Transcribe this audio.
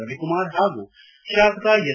ರವಿಕುಮಾರ್ ಪಾಗೂ ಶಾಸಕ ಎಸ್